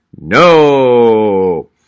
No